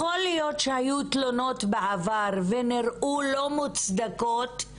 יכול להיות שהיו תלונות בעבר ונראו לא מוצדקות,